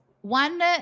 one